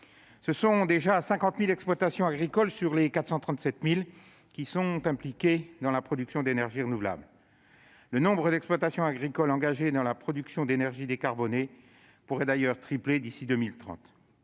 les 437 000 exploitations agricoles françaises, près de 50 000 sont déjà impliquées dans la production d'énergies renouvelables. Le nombre d'exploitations agricoles engagées dans la production d'énergie décarbonée pourrait d'ailleurs tripler d'ici à 2030.